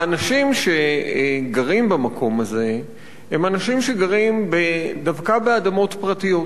והאנשים שגרים במקום הזה הם אנשים שגרים דווקא באדמות פרטיות.